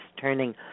turning